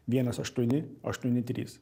vienas aštuoni aštuoni trys